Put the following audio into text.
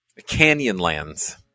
Canyonlands